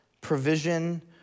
provision